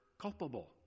culpable